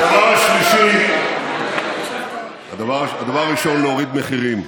הדבר הראשון, להוריד מחירים,